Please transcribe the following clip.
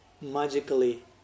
magically